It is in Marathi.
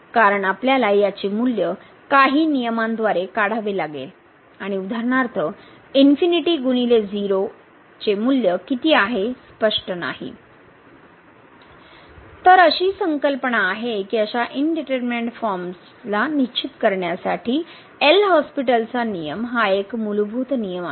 कारण आपल्याला याचे मूल्य काही नियमांद्वारे काढावे लागेल आणि उदाहरणार्थ ∞× of चे मूल्य किती आहे स्पष्ट नाही तर अशी संकल्पना आहे की अशा इनडीटरमीनेट फॉर्म्सचे निश्चित करण्यासाठी एल हॉस्पिटलचा नियम हा एक मूलभूत नियम आहे